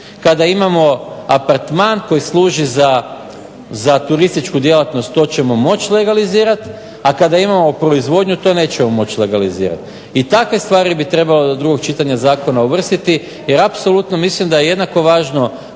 kada imamo apartman koji služi za turističku djelatnost to ćemo moći legalizirati, a kada imamo proizvodnju to nećemo moći legalizirati. I takve stvari bi trebalo do drugog čitanja zakona uvrstiti, jer apsolutno mislim da je jednako važno